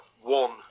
one